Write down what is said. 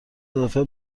اضافه